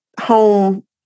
home